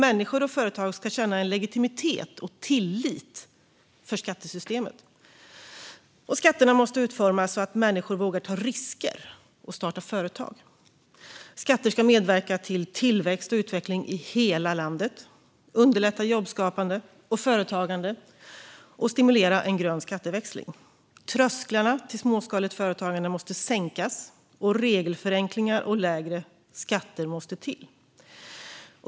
Människor och företag ska känna att skattesystemet har en legitimitet, och de ska känna en tillit till det. Skatterna måste utformas så att människor vågar ta risker och starta företag. Skatter ska medverka till tillväxt och utveckling i hela landet, underlätta jobbskapande och företagande och stimulera en grön skatteväxling. Trösklarna till småskaligt företagande måste sänkas, och regelförenklingar och lägre skatter måste till.